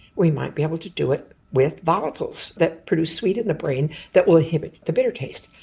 we might be able to do it with volatiles that produce sweet in the brain that will inhibit the bitter taste.